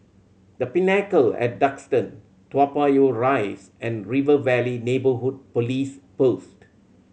The Pinnacle at Duxton Toa Payoh Rise and River Valley Neighbourhood Police Post